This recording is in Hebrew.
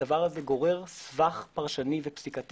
להכניס את הדבר הזה למפקחים בעינינו זה משהו מאוד מורכב.